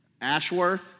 Ashworth